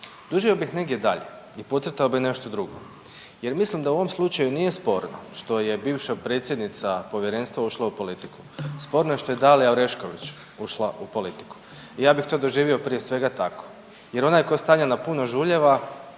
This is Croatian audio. dužio bih negdje dalje i podcrtao bih nešto drugo jer mislim da u ovom slučaju nije sporno što je bivša predsjednica povjerenstva ušla u politiku, sporno je što je Dalija Orešković ušla u politiku. Ja bih to doživio prije svega tako jer onaj tko je stavljen na puno žuljeva